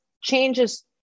changes